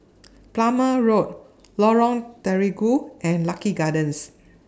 Plumer Road Lorong Terigu and Lucky Gardens